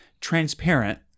transparent